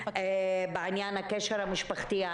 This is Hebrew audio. בעניין הקשר המשפחתי,